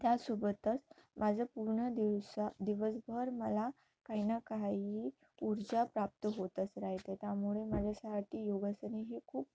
त्यासोबतच माझं पूर्ण दिवस दिवसभर मला काही ना काही ऊर्जा प्राप्त होतच राहते त्यामुळे माझ्यासाठी योगासने हे खूप